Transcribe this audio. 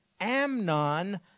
Amnon